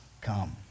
come